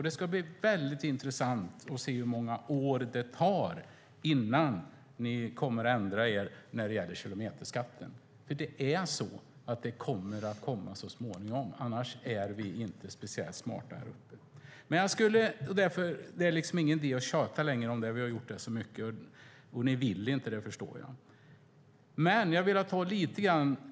Det ska bli intressant att se hur många år det tar innan ni kommer att ändra er när det gäller kilometerskatten, för det är så att det kommer så småningom. Annars är vi inte speciellt smarta. Men det är ingen idé att tjata längre om det här, för vi har gjort det så mycket, och ni vill inte det, förstår jag.